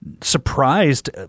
surprised